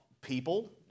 people